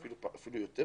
ואפילו קצת יותר